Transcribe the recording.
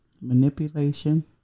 manipulation